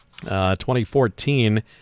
2014